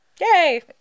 yay